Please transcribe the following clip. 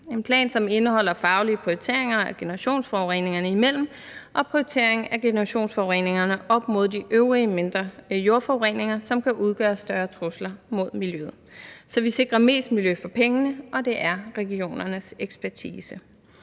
en plan, som indeholder faglige prioriteringer af generationsforureningerne imellem og prioritering af generationsforureningerne op imod de øvrige mindre jordforureninger, som kan udgøre større trusler mod miljøet, så vi sikrer mest miljø for pengene – og det er regionernes ekspertise.